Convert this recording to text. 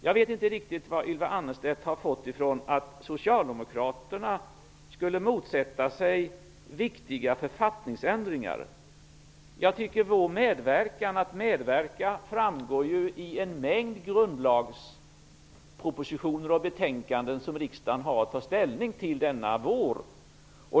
Jag vet inte riktigt var Ylva Annerstedt har fått det ifrån att Socialdemokraterna skulle motsätta sig viktiga författningsändringar. Vår vilja att medverka framgår av en mängd propositioner och betänkanden i grundlagsfrågor som riksdagen har att ta ställning till denna vår.